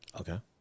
okay